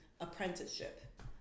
apprenticeship